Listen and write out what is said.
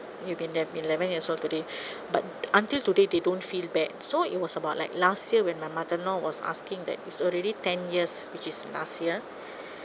would been have been eleven years old today but until today they don't feel bad so it was about like last year when my mother in law was asking that it's already ten years which is last year